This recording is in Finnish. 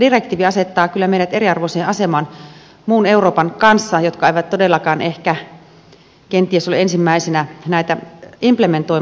direktiivi asettaa meidät eriarvoiseen asemaan euroopan muiden maiden kanssa jotka eivät todellakaan ehkä ole ensimmäisenä näitä implementoimassa